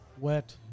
wet